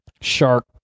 Shark